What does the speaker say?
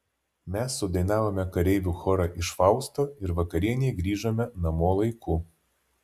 mes sudainavome kareivių chorą iš fausto ir vakarienei grįžome namo laiku